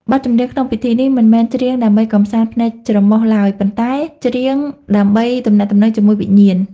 បទចម្រៀងក្នុងពិធីនេះ មិនមែនច្រៀងដើម្បីកម្សាន្តភ្នែកច្រមុះឡើយ ប៉ុន្តែច្រៀងដើម្បីទំនាក់ទំនងជាមួយវិញ្ញាណ។